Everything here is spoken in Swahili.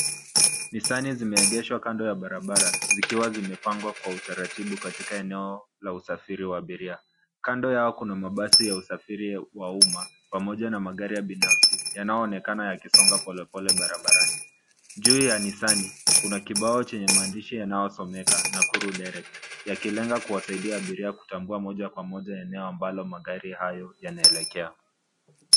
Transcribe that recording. Nissani zimeegeshwa kando ya barabara, zikiwa zimepangwa kwa utaratibu katika eneo la usafiri wa abiria. Kando yao kuna mabasi ya usafiri wa umma, pamoja na magari ya binafsi, yanayoonekana yakisonga polepole barabarani. Juu ya nissani , kuna kibao chenye maandishi yanayosomeka, Nakuru Direct, yakilenga kuwasaidia abiria kutambua moja kwa moja eneo ambalo magari hayo yanaelekea.